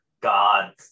God